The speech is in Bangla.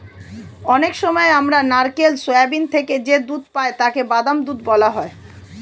অনেক সময় আমরা নারকেল, সোয়াবিন থেকে যে দুধ পাই তাকে বাদাম দুধ বলা হয়